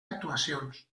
actuacions